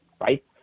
right